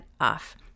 off